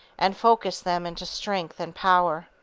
and focus them into strength and power.